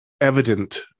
evident